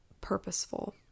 purposeful